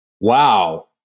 Wow